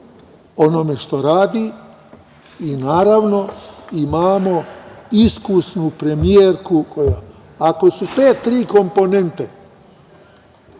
onome što radi i, naravno, imamo iskusnu premijerku koja, ako su te tri komponente